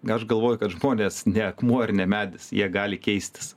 na aš galvoju kad žmonės ne akmuo ir ne medis jie gali keistis